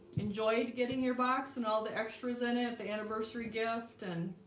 enjoyed getting your box and all the extras in it the anniversary gift and